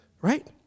right